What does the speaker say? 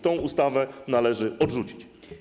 Tę ustawę należy odrzucić.